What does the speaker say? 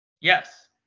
Yes